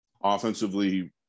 offensively